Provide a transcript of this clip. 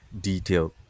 detailed